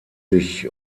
sich